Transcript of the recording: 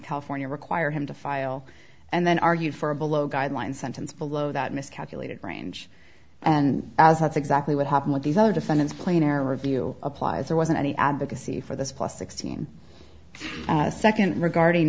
california require him to file and then argue for a below guideline sentence below that miscalculated range and as that's exactly what happened with these other defendants planar review applies there wasn't any advocacy for this plus sixteen second regarding